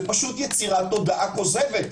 זה יצירת תודעה כוזבת.